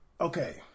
okay